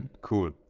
Cool